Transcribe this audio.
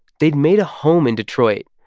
they'd made a home in detroit.